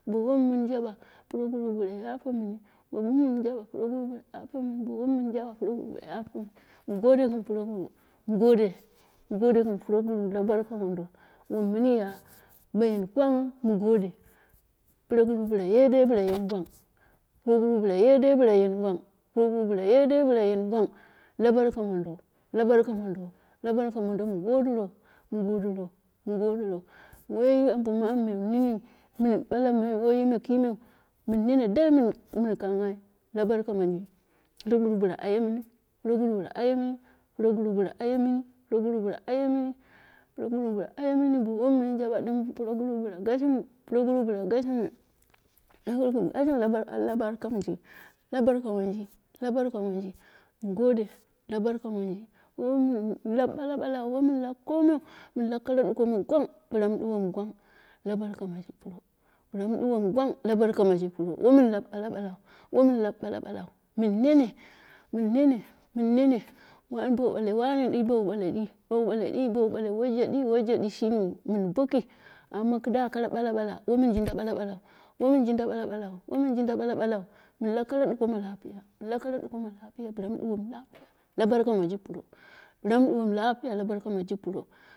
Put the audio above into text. Bo min jaba proguru bila yape mini, wo mi ya proguru bik yapemini, proguru yape mu gode gɨn proguru, mu gode gɨn proguru la barka mondi, wum mionya mi gwang mu gode, proguru ye dai bila ye gwang proguru yede bila ye gwang, proguru yedai bila ye gwang, la barka mondo la barka mondo, la barka mondo la barka mondo, la barka mondo, mu godiro, mu godiro, mu godiro, bi woi wunduwai min yimai, bala woi nini kimishi dai mun kanghai la barka mondo, proguru bila aye mini, proguru bila aye mini, proguru bila aye mini, proguru bila aye mini proguru bila aye mini bowonu min jaɓa dim proguru bila gashime proguru bila gashimu, la ban la barka manji, la barka monji, la barka munji mu gode, la barka manji, wo mun lab bala balau, wa mun lab komiu, mun lab kara duko mi gwang bilu mu duwomu gwang la barka maji pro, bila mu duwomu gwang la barka maji, pro womin lab bala balau, wo mun lab bala balau. Mun nene, mun nene, mun nene, wan bale wunduwoi dim wu, bo mu bale me woije di shimiu min boki. Amma kidu bala bala womin jinda bala balau, wa min jinda bala balau mun lab kara duko ma lapiya, mun lab kara duko ma lapiya, bila mu duwawu lapiya la burka maji pro, bila muduwamu lapiya la barka miji pro.